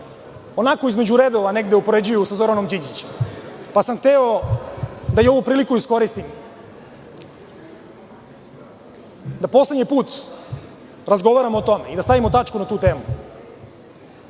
onako između redova upoređuju sa Zoranom Đinđićem, pa sam hteo da ovu priliku iskoristim, da poslednji put razgovaramo o tome i da stavimo tačku na tu temu.